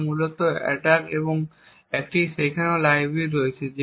যা মূলত অ্যাটাক এবং সেখানে একটি লাইব্রেরিও রয়েছে